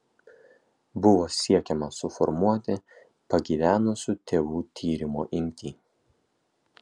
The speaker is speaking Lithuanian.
buvo siekiama suformuoti pagyvenusių tėvų tyrimo imtį